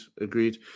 Agreed